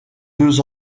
deux